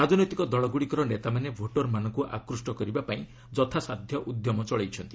ରାଜନୈତିକ ଦକଗୁଡ଼ିକର ନେତାମାନେ ଭୋଟର୍ମାନଙ୍କୁ ଆକୃଷ୍କ କରିବାପାଇଁ ଯଥାସାଧ୍ୟ ଉଦ୍ୟମ ଚଳାଇଛନ୍ତି